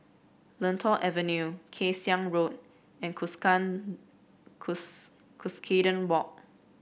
Lentor Avenue Kay Siang Road and Cuscaden Walk